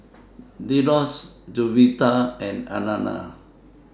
Delos Jovita and Alana